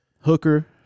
Hooker